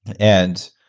and